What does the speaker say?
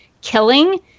killing